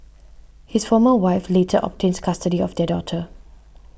his former wife later obtained custody of their daughter